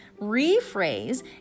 rephrase